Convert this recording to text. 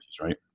right